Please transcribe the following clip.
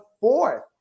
fourth